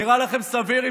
נראה לכם סביר,